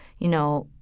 you know,